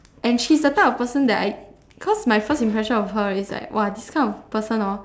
and she's the type of person that I cause my first impression of her is like !wah! this kind of person hor